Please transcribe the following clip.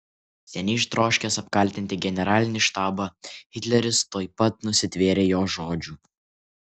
seniai troškęs apkaltinti generalinį štabą hitleris tuoj pat nusitvėrė jo žodžių